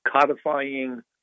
codifying